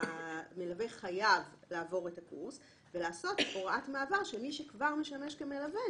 שהמלווה חייב לעבור את הקורס ולעשות הוראת מעבר שמי שכבר משמש כמלווה,